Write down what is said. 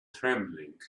trembling